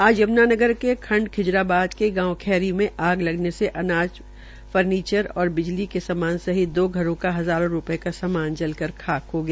आज यमूनानगर के खंड खिजराबाद के गांव रेवेटी में आग लगने से अनाज फर्नीचर और बिजली के सामान सहित दो घरों का हज़ारों रूपये का सामान जल कर खाक हो गया